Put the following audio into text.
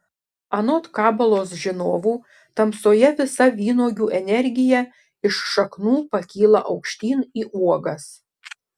anot kabalos žinovų tamsoje visa vynuogių energija iš šaknų pakyla aukštyn į uogas